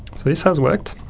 so it has worked.